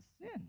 sin